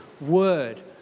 word